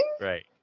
Right